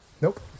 Nope